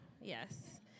yes